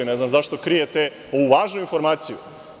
Ne znam zašto krijete ovu važnu informaciju.